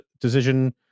decision